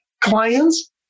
clients